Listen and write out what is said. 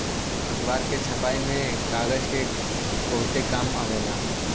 अखबार के छपाई में कागज के बहुते काम आवेला